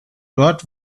dort